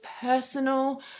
personal